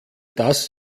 das